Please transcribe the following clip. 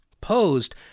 posed